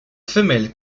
femelle